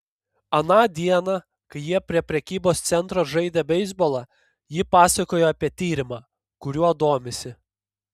aną dieną kai jie prie prekybos centro žaidė beisbolą ji pasakojo apie tyrimą kuriuo domisi